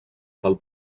pel